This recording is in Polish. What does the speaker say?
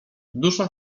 dusza